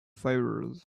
fibers